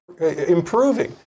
improving